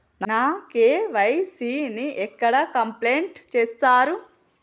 నా కే.వై.సీ ని ఎక్కడ కంప్లీట్ చేస్తరు?